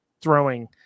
throwing